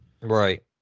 right